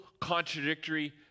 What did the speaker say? contradictory